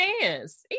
dance